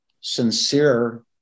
sincere